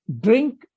drink